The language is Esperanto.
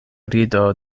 rido